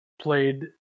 played